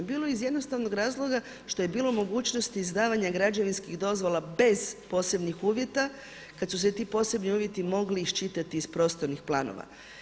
Bilo je iz jednostavnog razlog što je bilo mogućnosti izdavanja građevinskih dozvola bez posebnih uvjete kada su se ti posebni uvjeti mogli iščitati iz prostornih planova.